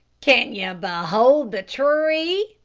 can ye behold the tree?